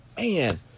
man